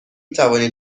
توانید